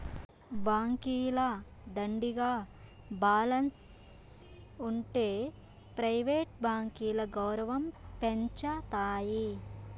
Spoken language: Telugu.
బాంకీల దండిగా బాలెన్స్ ఉంటె ప్రైవేట్ బాంకీల గౌరవం పెంచతాయి